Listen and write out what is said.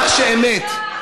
מה שאמת.